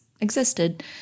existed